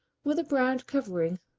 with a browned covering,